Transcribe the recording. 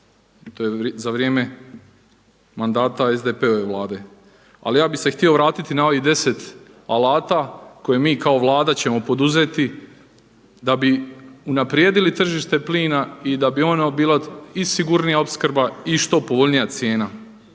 To je za vrijeme mandata SDP-ove Vlade. Ali ja bih se htio vratiti na ovih 10 alata koje mi kao Vlada ćemo poduzeti da bi unaprijedili tržište plina i da bi ono bilo i sigurnija opskrba i što povoljnija cijena.